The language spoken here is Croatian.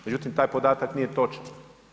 Međutim, taj podatak nije točan.